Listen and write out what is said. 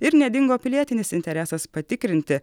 ir nedingo pilietinis interesas patikrinti